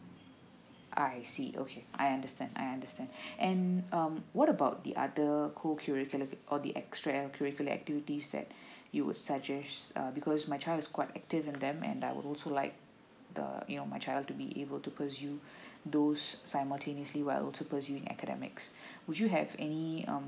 I see okay I understand I understand and um what about the other cocurriculum or the extra curricular activities that you would suggests um because my child is quite active on them and I would also like uh your my child to be able to pursue those simultaneously well to proceeding academics would you have any um